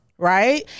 right